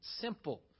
simple